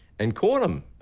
and caught him.